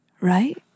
Right